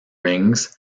rings